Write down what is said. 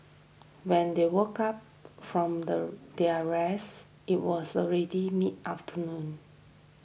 when they woke up from the their rest it was already mid afternoon